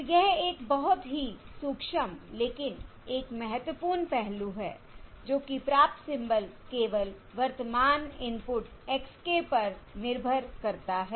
तो यह एक बहुत ही सूक्ष्म लेकिन एक महत्वपूर्ण पहलू है जो कि प्राप्त सिंबल केवल वर्तमान इनपुट x k पर निर्भर करता है